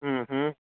हम्म हम्म